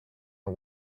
are